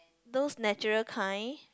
those natural kinds